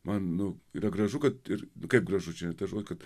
man nu yra gražu kad ir kaip gražu čia ne tas žo kad